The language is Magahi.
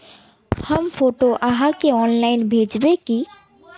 हम फोटो आहाँ के ऑनलाइन भेजबे की?